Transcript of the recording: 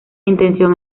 intención